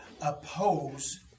Oppose